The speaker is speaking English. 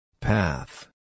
Path